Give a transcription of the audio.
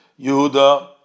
Yehuda